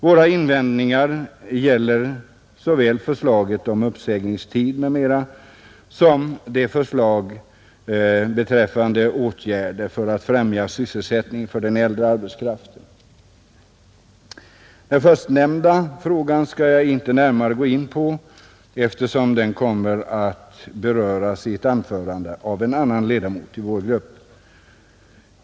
Våra invändningar gäller såväl lagförslaget om uppsägningstid m, m, som förslaget beträffande åtgärder att främja sysselsättningen för den äldre arbetskraften. Den förstnämnda frågan skall jag inte närmare gå in på, eftersom den kommer att beröras i ett anförande av en annan ledamot i vår grupp.